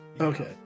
Okay